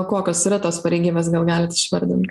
kokios yra tos pareigybės gal galit išvardint